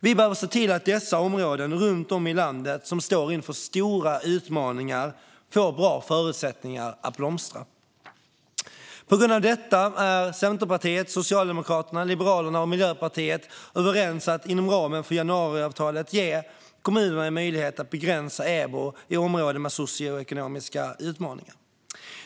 Vi behöver se till att de områden runt om i landet som står inför dessa stora utmaningar får bra förutsättningar att blomstra. På grund av detta är Centerpartiet, Socialdemokraterna, Liberalerna och Miljöpartiet överens om att inom ramen för januariavtalet ge kommunerna en möjlighet att begränsa EBO i områden med socioekonomiska utmaningar.